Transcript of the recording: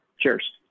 cheers